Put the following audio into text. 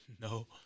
No